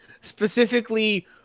Specifically